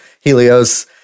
Helios